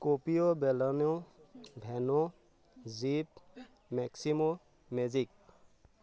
কপিঅ' Baleno Venue Jeep Maximo magic